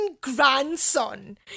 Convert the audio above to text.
grandson